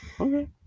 okay